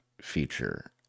feature